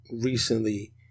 recently